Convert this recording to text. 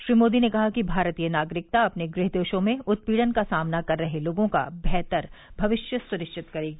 श्री मोदी ने कहा कि भारतीय नागरिकता अपने गृह देशों में उत्पीड़न का सामना कर रहे लोगों का बेहतर भविष्य सुनिश्चित करेगी